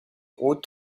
roh